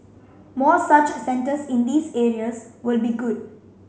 more such centres in these areas would be good